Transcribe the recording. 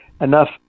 enough